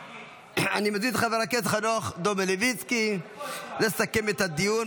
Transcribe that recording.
אני מזמין את חבר הכנסת חנוך דב מלביצקי לסכם את הדיון,